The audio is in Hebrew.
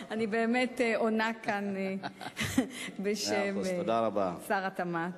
פתרת את בעיית, אני באמת עונה כאן בשם שר התמ"ת.